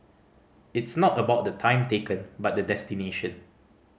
it's not about the time taken but the destination